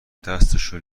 دستشو